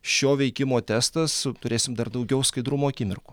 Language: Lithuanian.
šio veikimo testas turėsim dar daugiau skaidrumo akimirkų